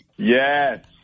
Yes